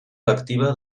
lectiva